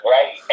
Right